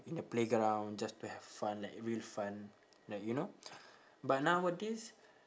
in the playground just to have fun like real fun like you know but nowadays